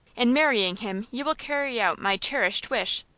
in marrying him you will carry out my cherished wish.